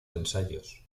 ensayos